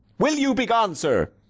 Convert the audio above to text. will you begone, sir?